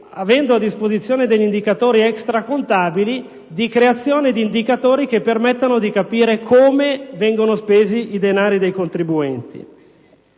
avendo a disposizione degli indicatori extracontabili, di creazione di indicatori che consentano di capire come vengono spesi i denari dei contribuenti.